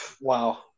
Wow